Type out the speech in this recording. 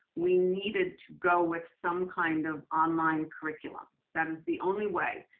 we needed to go with some kind of online curriculum. that is the only way.